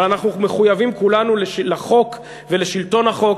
אבל אנחנו מחויבים כולנו לחוק ולשלטון החוק.